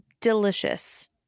delicious